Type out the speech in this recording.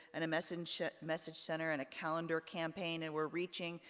and a message message center, and a calendar campaign, and we're reaching,